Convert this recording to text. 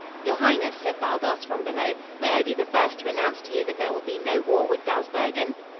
your highness, said baldos from below, may i be the first to announce to you that there will be no war with dawsbergen?